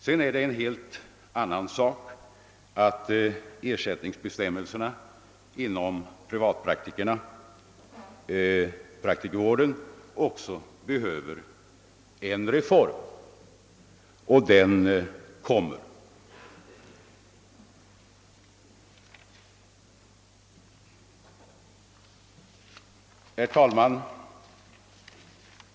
Sedan är det en helt annan sak att ersättningsbestämmelserna inom privatpraktikervården också behöver reformeras. Och en sådan reform kommer. Herr talman!